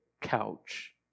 couch